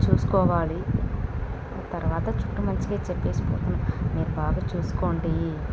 చూసుకోవాలి తర్వాత చుట్టూ మంచిగా చెప్పేసి పోతున్నా మీరు బాగా చూసుకోండి